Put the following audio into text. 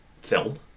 film